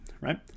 Right